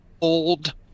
Old